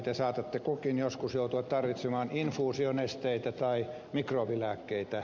te saatatte kukin joskus joutua tarvitsemaan infuusionesteitä tai mikrobilääkkeitä